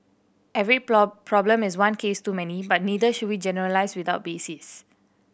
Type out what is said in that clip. every problem is one case too many but neither should we generalise without basis